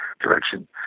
direction